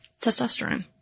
Testosterone